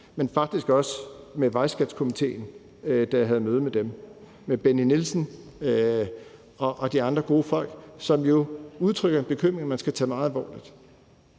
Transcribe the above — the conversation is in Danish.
men faktisk også med Vejskatskomitéen, da jeg havde møde med dem – med Benny Nielsen og de andre gode folk, som jo udtrykker en bekymring, som man skal tage meget alvorligt.